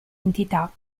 entità